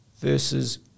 versus